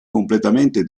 completamente